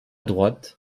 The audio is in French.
droite